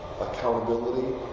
Accountability